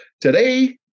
Today